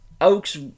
Oak's